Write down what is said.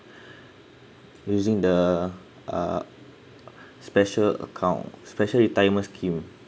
using the uh special account special retirement scheme